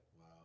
Wow